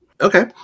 Okay